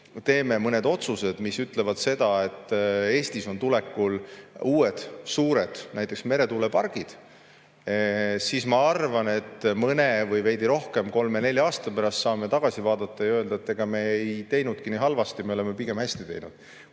mõned otsused, mis [võimaldavad] seda, et Eestis [rajatakse] uued suured näiteks meretuulepargid, siis ma arvan, et mõne või veidi rohkema, kolme-nelja aasta pärast saame tagasi vaadata ja öelda, et ega me ei teinudki nii halvasti, me oleme pigem hästi teinud.